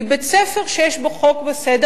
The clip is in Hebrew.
מבית-ספר שיש בו חוק וסדר,